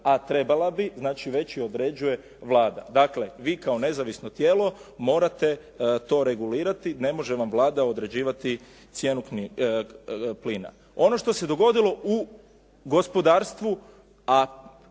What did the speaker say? a trebala bi. Znači, već ju određuje Vlada. Dakle, vi kao nezavisno tijelo morate to regulirati. Ne može vam Vlada određivati cijenu plina. Ono što se dogodilo u gospodarstvu,